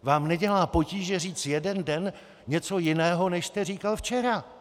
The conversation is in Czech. Vám nedělá potíže říct jeden den něco jiného než jste říkal včera.